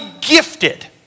gifted